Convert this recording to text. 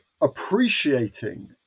appreciating